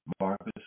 Marcus